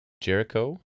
jericho